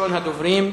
ראשון הדוברים,